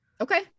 okay